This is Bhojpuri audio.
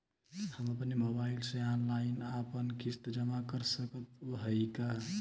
हम अपने मोबाइल से ऑनलाइन आपन किस्त जमा कर सकत हई का?